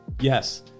Yes